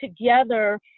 together